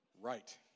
Right